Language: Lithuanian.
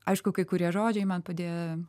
aišku kai kurie žodžiai man padėjo